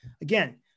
Again